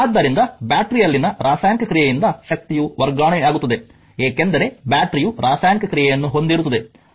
ಆದ್ದರಿಂದ ಬ್ಯಾಟರಿಯಲ್ಲಿನ ರಾಸಾಯನಿಕ ಕ್ರಿಯೆಯಿಂದ ಶಕ್ತಿಯು ವರ್ಗಾವಣೆಯಾಗುತ್ತದೆ ಏಕೆಂದರೆ ಬ್ಯಾಟರಿಯು ರಾಸಾಯನಿಕ ಕ್ರಿಯೆಯನ್ನು ಹೊಂದಿರುತ್ತದೆ